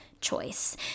Choice